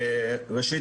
ראשית,